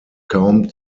kaum